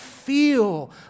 feel